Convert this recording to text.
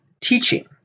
teaching